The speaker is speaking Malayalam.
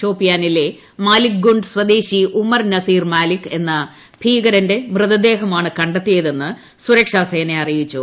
ഷോപിയാനിലെ മാലിക്ഗു്ണ്ട് സ്വദേശി ഉമർ നസീർ മാലിക്ക് എന്ന ഭീകരന്റെ മൃതദേഹമാണ് കണ്ടെത്തിയതെന്ന് സുരക്ഷാ സേന അറിയിച്ചു